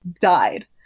died